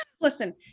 Listen